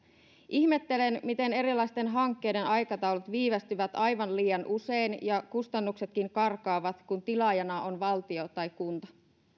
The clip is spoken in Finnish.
ihmettelen miten erilaisten hankkeiden aikataulut viivästyvät aivan liian usein ja kustannuksetkin karkaavat kun tilaajana on valtio tai kunta